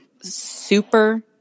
super